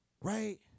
Right